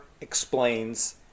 explains